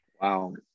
Wow